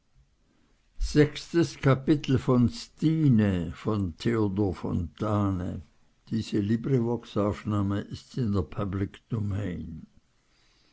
sechstes kapitel so